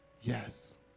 yes